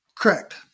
correct